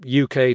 UK